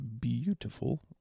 beautiful